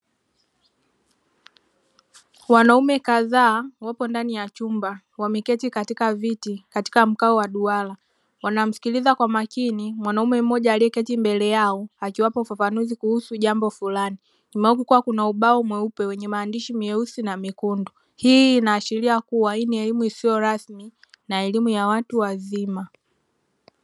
Wanaume kadhaa wapo ndani ya chumba, wameketi katika viti katika mkao wa duara, wanamsikiliza kwa makini mwanaume mmoja aliyeketi mbele yao akiwapa ufafanuzi kuhusu jambo fulani, nyuma yao kukiwa kuna ubao mweupe wenye maandishi meupe na mekundu, hii inaashiria kuwa hii ni elimu isiyo rasmi na elimu ya watu wazima.